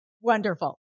Wonderful